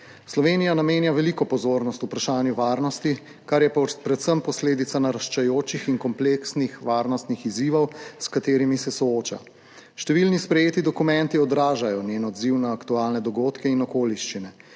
Slovenija namenja veliko pozornost vprašanju varnosti, kar je predvsem posledica naraščajočih in kompleksnih varnostnih izzivov, s katerimi se sooča. Številni sprejeti dokumenti odražajo njen odziv na aktualne dogodke in okoliščine